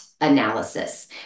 analysis